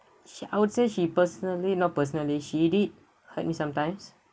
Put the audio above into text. she I would say she personally not personally she did hurt me sometimes